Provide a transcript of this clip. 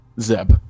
Zeb